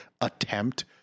attempt